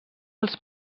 els